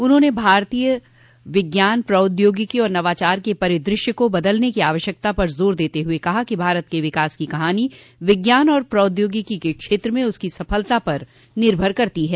उन्होंने भारतीय विज्ञान प्रौद्योगिकी और नवाचार के परिद्रश्य को बदलने की आवश्यकता पर जोर देते हुए कहा कि भारत के विकास की कहानी विज्ञान और प्रौद्योगिकी के क्षेत्र में उसकी सफलता पर निर्भर करती है